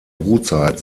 brutzeit